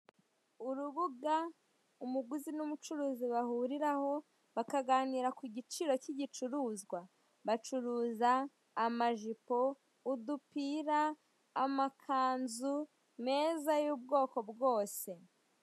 Urubuga umuguzi n'umucuruzi bahuriraho bakaganira ku giciro cy'igicuruzwa. Bacuruza amajipo, udupira, amakanzu meza y'ubwoko bwose.